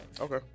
Okay